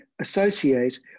associate